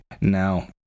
now